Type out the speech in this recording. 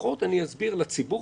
לפחות אני אסביר לציבור,